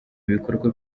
ibikorwa